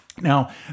Now